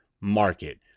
market